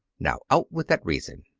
now, out with that reason!